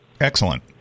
Excellent